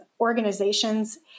organizations